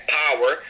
power